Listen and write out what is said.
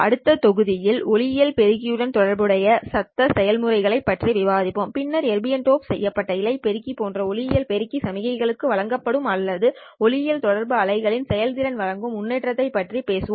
அடுத்த தொகுதியில் ஒளியியல் பெருக்கியுடன் தொடர்புடைய சத்தம் செயல்முறைகள்களைப் பற்றி விவாதிப்போம் பின்னர் எர்பியம் டோப் செய்யப்பட்ட இழை பெருக்கி போன்ற ஒளியியல் பெருக்கி சமிக்ஞைக்கு வழங்கும் அல்லது ஒளியியல் தொடர்பு அமைப்புகளின் செயல்திறன் வழங்கும் முன்னேற்றத்தைப் பற்றி பேசுவோம்